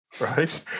Right